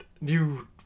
new